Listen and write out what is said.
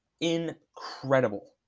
incredible